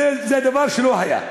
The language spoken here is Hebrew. דבר שלא היה.